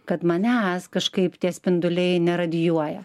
kad manęs kažkaip tie spinduliai neradijuoja